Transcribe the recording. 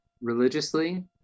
religiously